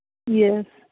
yes